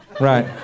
Right